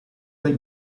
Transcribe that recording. dai